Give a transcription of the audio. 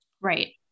Right